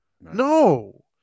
No